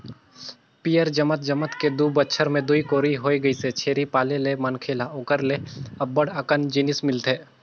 पियंर जमत जमत के दू बच्छर में दूई कोरी होय गइसे, छेरी पाले ले मनखे ल ओखर ले अब्ब्ड़ अकन जिनिस मिलथे